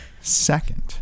second